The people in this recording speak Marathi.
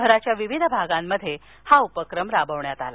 शहराच्या विविध भागात हा उपक्रम राबवण्यात आला